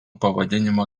pavadinimo